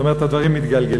זאת אומרת, הדברים מתגלגלים,